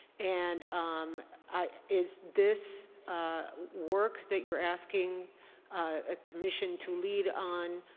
and um is this work that you're asking a commission to lead on